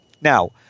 now